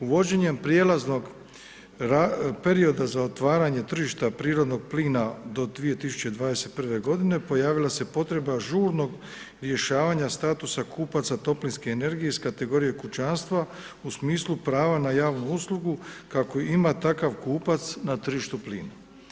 Uvođenjem prijelaznog perioda za otvaranje tržišta prirodnog plina do 2021. godine pojavila se potreba žurnog rješavanja statusa kupaca toplinske energije iz kategorije pučanstva u smislu prava na javnu uslugu kako ima takav kupac na tržištu plina.